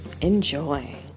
Enjoy